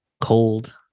cold